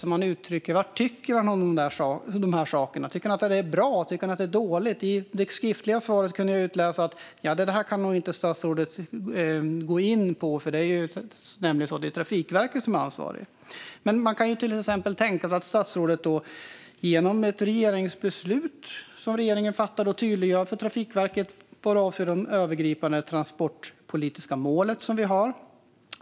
Vad tycker han om dessa saker? Tycker han att det är bra? Tycker han att det är dåligt? Av svaret kunde jag utläsa att statsrådet nog inte kunde gå in på det därför att det är Trafikverket som är ansvarigt. Men man kan till exempel tänka sig att statsrådet genom ett regeringsbeslut tydliggör för Trafikverket det övergripande transportpolitiska mål som vi har.